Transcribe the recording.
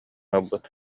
ылбыт